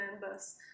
members